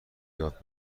یاد